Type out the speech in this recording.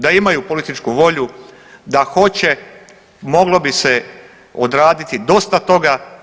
Da imaju političku volju, da hoće moglo bi se odraditi dosta toga.